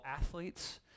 athletes